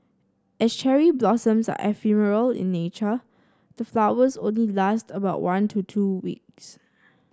as cherry blossoms are ephemeral in nature the flowers only last about one to two weeks